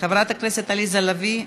חברת הכנסת עליזה לביא,